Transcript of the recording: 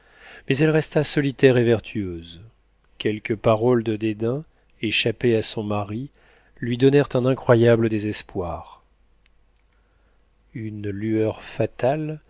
mais elle resta solitaire et vertueuse quelques paroles de dédain échappées à son mari lui donnèrent un incroyable désespoir une lueur fatale